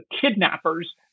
kidnappers